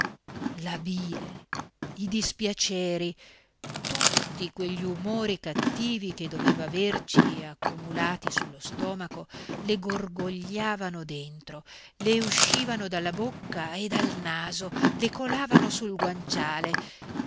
la bile i dispiaceri tutti quegli umori cattivi che doveva averci accumulati sullo stomaco le gorgogliavano dentro le uscivano dalla bocca e dal naso le colavano sul guanciale